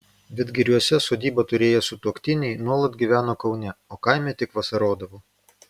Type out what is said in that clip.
vidgiriuose sodybą turėję sutuoktiniai nuolat gyveno kaune o kaime tik vasarodavo